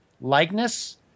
likeness